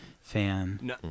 fan